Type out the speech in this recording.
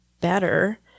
better